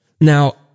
Now